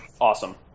Awesome